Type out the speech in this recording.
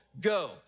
go